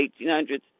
1800s